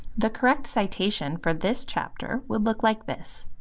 the correct citation for this chapter would look like this.